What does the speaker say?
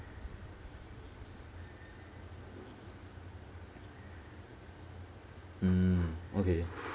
mm okay